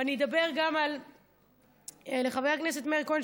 ואני אדבר גם לחבר הכנסת מאיר כהן,